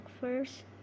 first